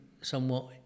somewhat